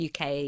uk